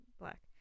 black